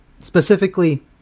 Specifically